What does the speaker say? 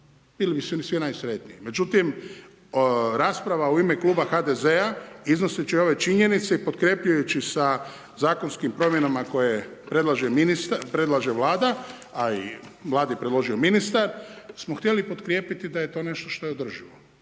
Bili bi svi najsretniji. Međutim, rasprava u ime Kluba HDZ-a iznoseći ove činjenice i potkrepljujući sa zakonskim promjenama koje predlaže ministar, predlaže Vlada, a i Vladi je predložio ministar, smo htjeli potkrijepiti da je to nešto što je održivo.